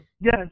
Yes